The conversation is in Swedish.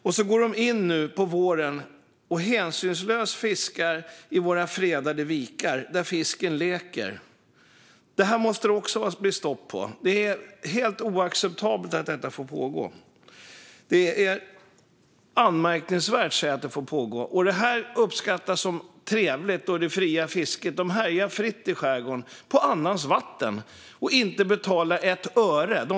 Nu på våren går de in och fiskar hänsynslöst i våra fredade vikar där fisken leker. Detta måste det bli stopp på. Det är anmärkningsvärt och helt oacceptabelt att detta får pågå. Detta fria fiske uppfattas som trevligt, fast de härjar fritt i skärgården på annans vatten. Inte betalar de ett öre heller.